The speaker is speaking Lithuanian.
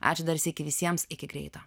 ačiū dar sykį visiems iki greito